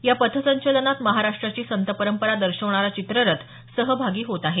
या पथसंचलनात महाराष्ट्राची संतपरपरा दर्शवणारा चित्ररथ सहभागी होत आहे